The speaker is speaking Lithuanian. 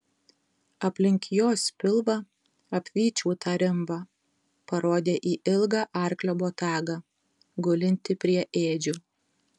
aplink jos pilvą apvyčiau tą rimbą parodė į ilgą arklio botagą gulintį prie ėdžių